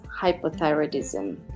hypothyroidism